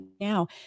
now